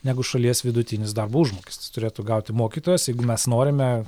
negu šalies vidutinis darbo užmokestis turėtų gauti mokytojas jeigu mes norime